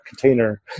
container